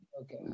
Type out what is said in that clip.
Okay